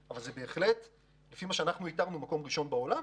אבל לפי מה שאנחנו איתרנו אנחנו כרגע מקום ראשון בעולם.